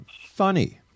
funny